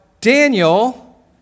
Daniel